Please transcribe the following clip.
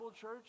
Church